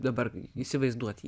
dabar įsivaizduoti